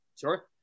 Sure